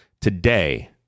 Today